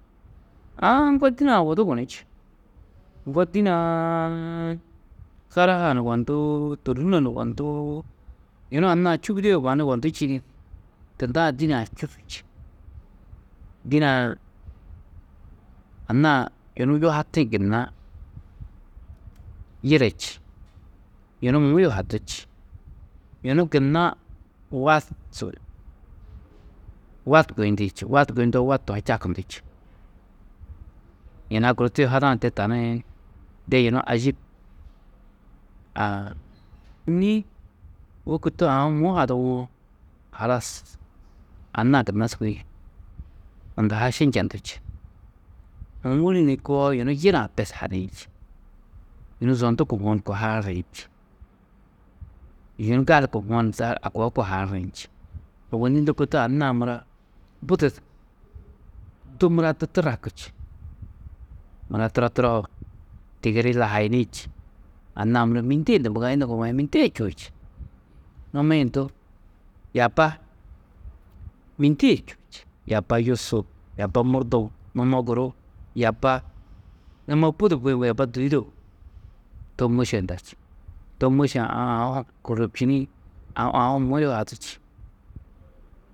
Aã ŋgo dîne-ã wudu gunú či, ŋgo dîne-ã karahaa ni yugondú, tôlhuno ni yugondú, yunu anna-ã čubudîe mannu yugondú čîidi tundaã dîne-ã čûsu či. Dîne-ã anna-ã yunu yuhatĩ gunna yire či, yunu mu yuhatú či, yunu gunna wad su, wad guyindi či, wad guyundoo, wad to hi čakunú či. Yina guru tuyuhadã de tani, de yunu ajîb, aa, ni wôku to aũ mu haduwo, halas anna-ã gunna sûgoi unda ha ši njendú či, ômuri ni koo yunu yire-ã bes hadiĩ či, yunu yondu kohuwo ni kohaar niĩ, yunu gali kohuwo ni, a koo kohaar niĩ či, ôwonni lôko to anna-ã mura budi, du mura du turraku či, mura turo, turo ho tigiri lahayini či, anna-ã muro mîndee de mîndee čuo či. Numi-ĩ du yaaba mîndee čûo či, yaaba yusu, yaaba murdom, numo guru yaaba, numo budi bui-ĩ yaaba dûyudem, to mòše ndar či, to môše-ã aũ, aũ hu kôrobčini, aũ, aũ hu mu yuhadú či.